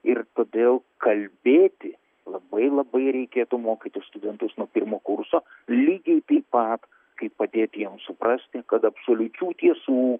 ir todėl kalbėti labai labai reikėtų mokyti studentus nuo pirmo kurso lygiai taip pat kaip padėti jiems suprasti kad absoliučių tiesų